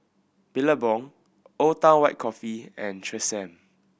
Billabong Old Town White Coffee and Tresemme